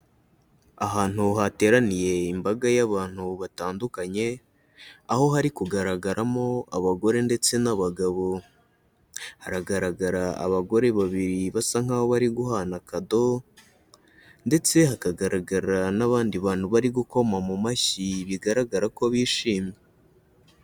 Ahantu hateraniye imbaga y'abantu batandukanye aho hari kugaragaramo abagore ndetse n'abagabo, haragaragara abagore babiri basa nkaho bari guhana kado, ndetse hakagaragara n'abandi bantu bari gukoma mu mashyi bigaragara ko bishimye.